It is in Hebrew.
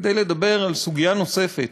כדי לדבר על סוגיה נוספת